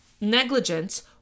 negligence